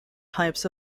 types